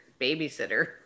babysitter